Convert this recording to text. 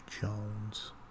Jones